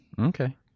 Okay